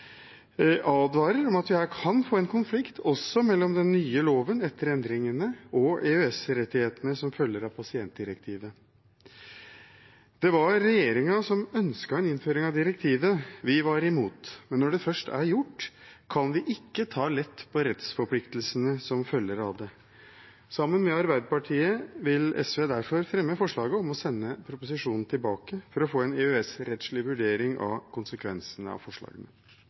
advarer om at vi kan få en konflikt også mellom den nye loven etter endringene og EØS-rettighetene som følger av pasientdirektivet. Det var regjeringen som ønsket en innføring av direktivet. Vi var imot. Men når det først er gjort, kan vi ikke ta lett på rettsforpliktelsene som følger av det. Sammen med Arbeiderpartiet vil SV derfor fremme forslag om å sende proposisjonen tilbake for å få en EØS-rettslig vurdering av konsekvensene av